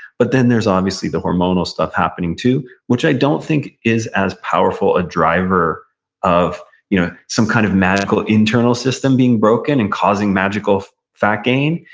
but then there's obviously the hormonal stuff happening, too. which i don't think is as powerful a driver driver of you know some kind of medical, internal system being broken and causing magical fat gaining.